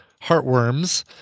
Heartworms